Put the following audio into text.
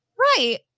Right